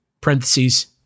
parentheses